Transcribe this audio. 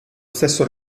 stesso